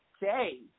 day